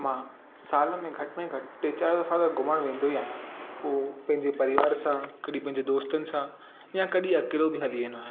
मां सालु में घटि में घटि टे चारि दफ़ा त घुमणु वेंदो ई आहियां पोइ पंहिंजे परिवार सां कॾहिं पंहिंजे दोस्तनि सां या कॾहिं अकेलो बि हली वेंदो आहियां